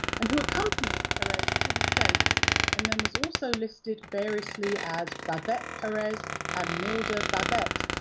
and who accompanied perez to the states and then was also listed variously as babette perez and nilde ah babette,